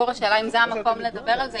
השאלה אם כאן המקום לדבר על זה.